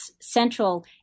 central